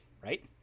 right